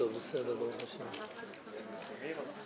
בסדר שאתה באמצע